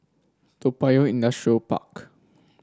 Toa Payoh Industrial Park